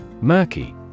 Murky